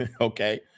Okay